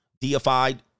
deified